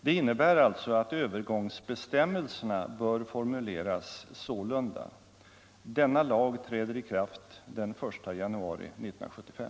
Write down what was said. Det innebär alltså att övergångsbestämmelserna bör formuleras sålunda: ”Denna lag träder i kraft den 1 januari 1975.”